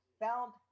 found